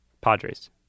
Padres